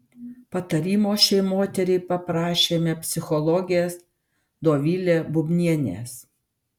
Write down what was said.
patarimo šiai moteriai paprašėme psichologės dovilė bubnienės